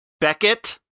Beckett